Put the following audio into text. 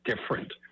different